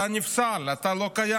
אתה נפסל, אתה לא קיים.